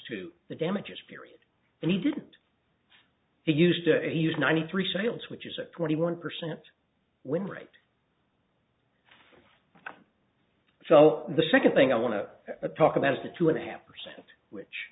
to the damages period and he didn't he used to use ninety three sales which is at twenty one percent win rate so the second thing i want to talk about is the two and a half percent which